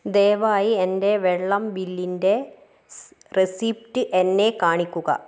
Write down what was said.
ദയവായി എൻ്റെ വെള്ളം ബില്ലിൻ്റെ സ് റെസീപ്റ്റ് എന്നെ കാണിക്കുക